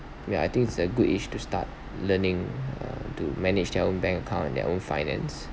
yeah I think it's a good age to start learning uh to manage their own bank account and their own finance